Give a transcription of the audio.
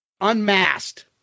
Unmasked